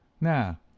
Now